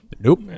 Nope